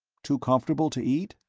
too comfortable to eat?